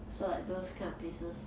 so like those kind of places